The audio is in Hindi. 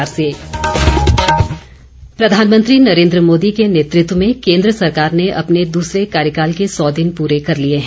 सौ दिन प्रधानमंत्री नरेन्द्र मोदी के नेतृत्व में केन्द्र सरकार ने अपने दूसरे कार्यकाल के सौ दिन पूरे कर लिए हैं